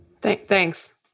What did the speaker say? Thanks